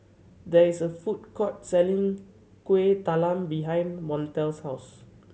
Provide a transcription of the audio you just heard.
there is a food court selling Kuih Talam behind Montel's house